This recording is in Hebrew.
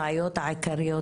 זה ברשת.